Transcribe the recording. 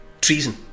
treason